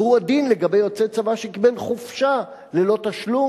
והוא הדין לגבי יוצא צבא שקיבל חופשה ללא תשלום